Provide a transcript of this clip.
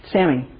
Sammy